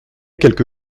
quelque